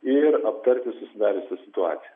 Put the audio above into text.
ir aptarti susidariusią situaciją